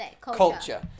culture